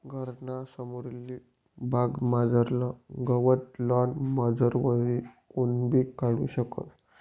घरना समोरली बागमझारलं गवत लॉन मॉवरवरी कोणीबी काढू शकस